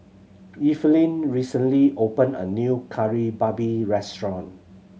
Evelyn recently opened a new Kari Babi restaurant